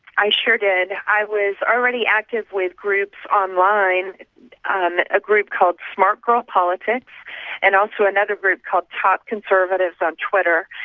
i sure did. i was already active with groups online um a group called smart girl politics and also another group called top conservatives on twitter.